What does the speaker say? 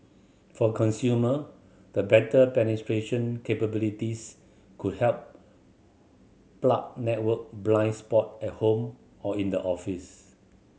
for consumer the better penetration capabilities could help plug network blind spot at home or in the office